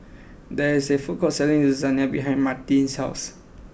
there is a food court selling Lasagna behind Martine's house